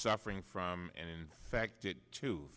suffering from and in fact it too